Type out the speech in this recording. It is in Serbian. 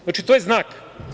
Znači, to je znak.